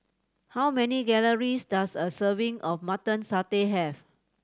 how many calories does a serving of Mutton Satay have